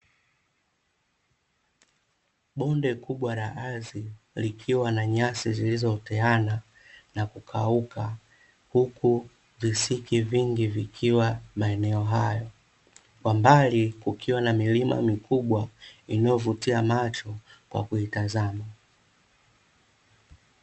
Bonde kubwa la ardhi likiwa na nyasi zilizooteana na kukauka, huku visiki vingi vikiwa maeneo hayo. Kwa mbali kukiwa na milima mikubwa inayovutia macho, kwa kuitazama.